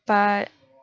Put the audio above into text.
but